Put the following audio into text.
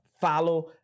follow